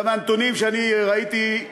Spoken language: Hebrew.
מהנתונים שאני ראיתי,